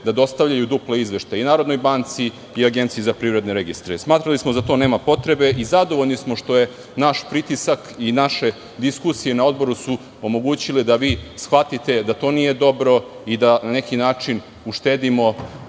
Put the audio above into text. da dostavljaju duple izveštaje i Narodnoj banci i APR. Smatrali smo da za to nema potrebe i zadovoljni smo što su naš pritisak i naše diskusije na Odboru omogućile da shvatite da to nije dobro i da na neki način uštedimo